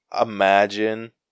imagine